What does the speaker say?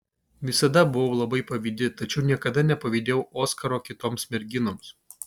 visada buvau labai pavydi tačiau niekada nepavydėjau oskaro kitoms merginoms